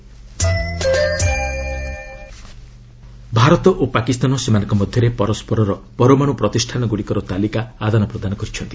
India Pak Bharat ଓ ପାକିସ୍ତାନ ସେମାନଙ୍କ ମଧ୍ୟରେ ପରସ୍କରର ପରମାଣୁ ପ୍ରତିଷ୍ଠାନଗ୍ରଡିକର ତାଲିକାର ଆଦାନପ୍ରଦାନ କରିଛନ୍ତି